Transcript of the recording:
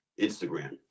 Instagram